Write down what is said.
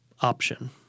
option